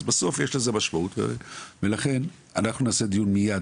אז בסוף יש לזה משמעות ולכן אנחנו נעשה דיון מיד,